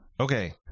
Okay